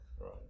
Right